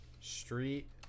street